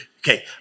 okay